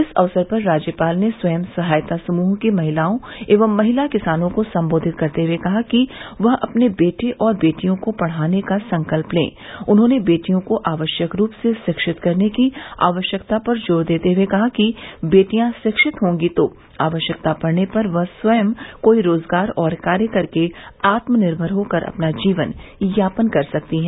इस अवसर पर राज्यपाल ने स्वयं सहायता समूह की महिलाओं एवं महिला किसानों को संबोधित करते हए कहा कि वह अपने बेटे और बेटियों को पढ़ाने का संकल्प ले उन्होंने बेटियों को आवश्यक रूप से शिक्षित करने की आवश्यकता पर जोर देते हए कहा कि बेटियां शिक्षित होंगी तो आवश्यकता पड़ने पर वह स्वय किसी रोजगार और कार्य करके आत्मनिर्भर होकर अपना जीवन यापन कर सकती है